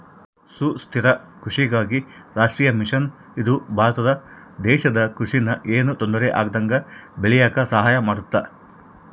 ಸುಸ್ಥಿರ ಕೃಷಿಗಾಗಿ ರಾಷ್ಟ್ರೀಯ ಮಿಷನ್ ಇದು ಭಾರತ ದೇಶದ ಕೃಷಿ ನ ಯೆನು ತೊಂದರೆ ಆಗ್ದಂಗ ಬೇಳಿಯಾಕ ಸಹಾಯ ಮಾಡುತ್ತ